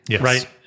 right